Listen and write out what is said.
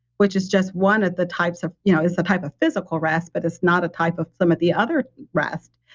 which is just one of the types of. you know it's a type of physical rest but it's not a type of some of the other rest.